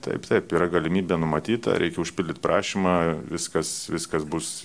taip taip yra galimybė numatyta reikia užpildyt prašymą viskas viskas bus